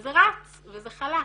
וזה רץ וזה חלק.